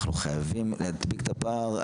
אנחנו חייבים להדביק את הפער.